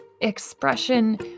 expression